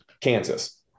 Kansas